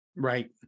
Right